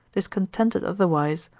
discontented otherwise,